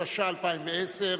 התש"ע 2010,